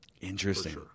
Interesting